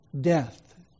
Death